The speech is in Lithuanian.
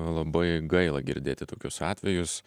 labai gaila girdėti tokius atvejus